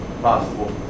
possible